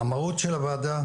המהות של הוועדה,